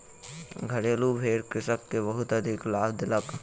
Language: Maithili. घरेलु भेड़ कृषक के बहुत अधिक लाभ देलक